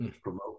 promote